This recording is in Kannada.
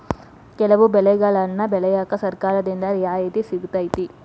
ಕೆಲವು ಬೆಳೆಗನ್ನಾ ಬೆಳ್ಯಾಕ ಸರ್ಕಾರದಿಂದ ರಿಯಾಯಿತಿ ಸಿಗತೈತಿ